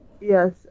Yes